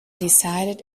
decided